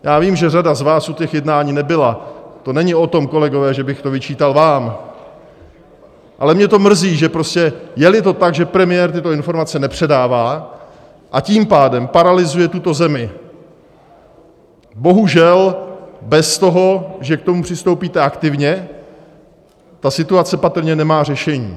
Já vím, že řada z vás u těch jednání nebyla, to není o tom, kolegové, že bych to vyčítal vám, ale mě to mrzí, že prostě jeli to tak, že premiér tyto informace nepředává, a tím pádem paralyzuje tuto zemi, bohužel bez toho, že k tomu přistoupíte aktivně, ta situace patrně nemá řešení.